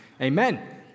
Amen